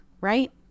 right